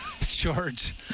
George